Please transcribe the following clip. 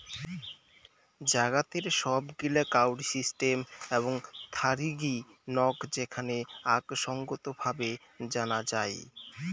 জাগাতের সব গিলা কাউরি সিস্টেম এবং থারিগী নক যেখানে আক সঙ্গত ভাবে জানা যাই